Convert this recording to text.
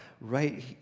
right